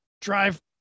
drive